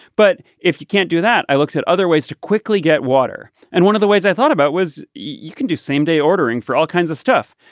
but if you can't do that. i looked at other ways to quickly get water and one of the ways i thought about was you can do same day ordering for all kinds of stuff.